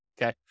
okay